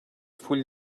full